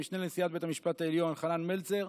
המשנה לנשיאת בית המשפט העליון חנן מלצר,